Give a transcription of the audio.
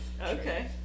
okay